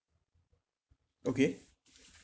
okay